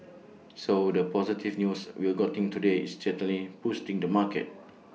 so the positive news we've gotten today is certainly boosting the market